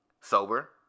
sober